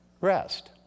rest